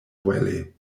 valley